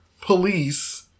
police